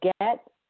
get